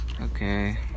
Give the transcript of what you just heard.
Okay